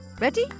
Ready